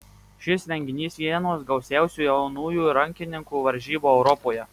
šis renginys vienos gausiausių jaunųjų rankininkų varžybų europoje